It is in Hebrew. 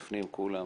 כולם בפנים,